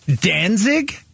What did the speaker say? Danzig